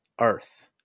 earth